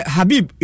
Habib